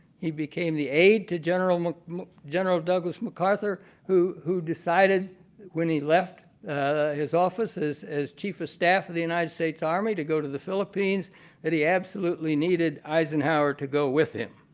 he became the aide to general general douglas macarthur who who decided when he left his office as chief of staff of the united states army to go to the philippines that he absolutely needed eisenhower to go with him.